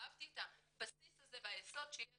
אהבתי את הבסיס והיסוד שיש